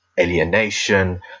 alienation